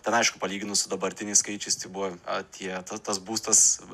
ten aišku palyginus su dabartiniais skaičiais tai buvo atie ta tas būstas